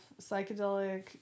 psychedelic